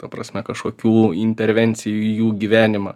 ta prasme kažkokių intervencijų į jų gyvenimą